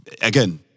Again